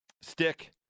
stick